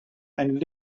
and